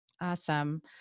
Awesome